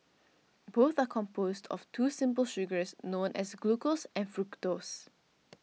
both are composed of two simple sugars known as glucose and fructose